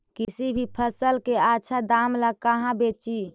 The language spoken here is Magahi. किसी भी फसल के आछा दाम ला कहा बेची?